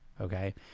okay